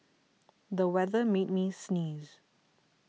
the weather made me sneeze